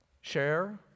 Share